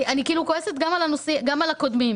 אני כועסת גם על הדוברים הקודמים.